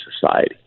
society